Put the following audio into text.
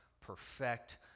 perfect